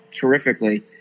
terrifically